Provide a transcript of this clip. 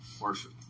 worship